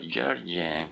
George